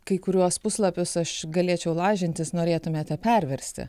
kai kuriuos puslapius aš galėčiau lažintis norėtumėte perversti